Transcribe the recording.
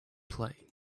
play